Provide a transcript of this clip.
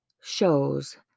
shows